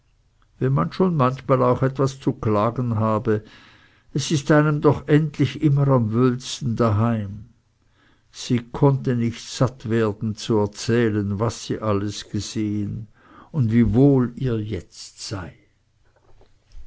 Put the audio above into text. wenn man schon manchmal auch etwas zu klagen habe es ist einem doch endlich immer am wöhlsten daheim sie konnte nicht satt werden zu erzählen was sie alles gesehen und wie wohl es ihr jetzt sei